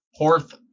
Horth